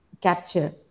capture